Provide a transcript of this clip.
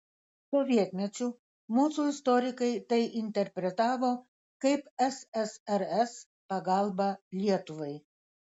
sovietmečiu mūsų istorikai tai interpretavo kaip ssrs pagalbą lietuvai